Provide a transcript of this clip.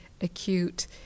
acute